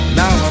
now